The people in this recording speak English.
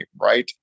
right